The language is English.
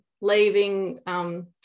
leaving